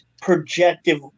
projective